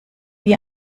wie